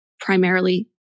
Primarily